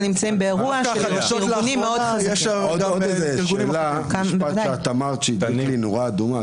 יש משפט שהדליק אצלי נורה אדומה.